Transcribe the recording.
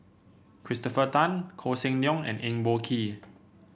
Christopher Tan Koh Seng Leong and Eng Boh Kee